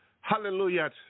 hallelujah